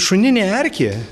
šuninė erkė